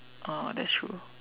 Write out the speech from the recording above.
oh that's true